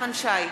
נחמן שי,